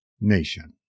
Nation